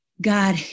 God